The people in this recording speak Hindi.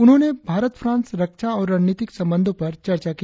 उन्होंने भारत फ्रांस रक्षा और रणनीतिक संबंधों पर चर्चा की